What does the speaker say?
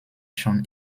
schon